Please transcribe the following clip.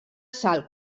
sal